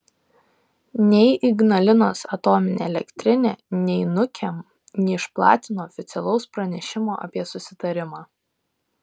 nei ignalinos atominė elektrinė nei nukem neišplatino oficialaus pranešimo apie susitarimą